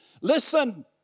listen